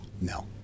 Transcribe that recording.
no